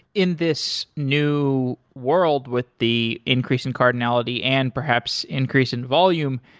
in this new world with the increase in cardinality and perhaps increase in volume,